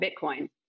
Bitcoin